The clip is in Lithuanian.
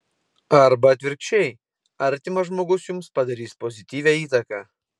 arba atvirkščiai artimas žmogus jums padarys pozityvią įtaką